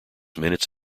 minutes